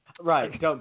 Right